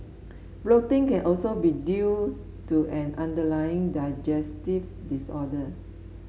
bloating can also be due to an underlying digestive disorder